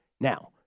Now